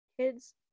Kids